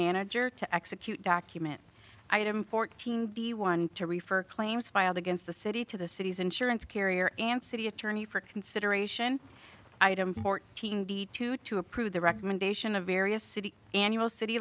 manager to execute document item fourteen the one to refer claims filed against the city to the city's insurance carrier and city attorney for consideration item fourteen d two to approve the recommendation of various city annual city